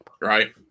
right